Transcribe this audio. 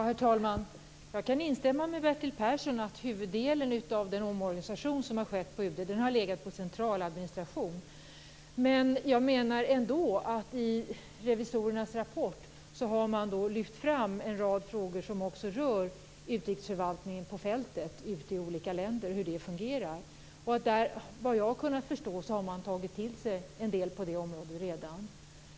Herr talman! Jag kan instämma med Bertil Persson om att huvuddelen av den omorganisation som har skett på UD har legat på central administration. Men jag menar ändå att man i revisorernas rapport har lyft fram en rad frågor som rör utrikesförvaltningen på fältet i olika länder och hur den fungerar. Vad jag har kunnat förstå har man redan tagit till sig en del på det området.